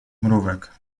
mrówek